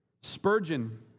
Spurgeon